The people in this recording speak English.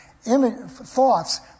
thoughts